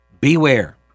beware